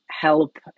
help